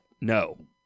no